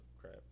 crap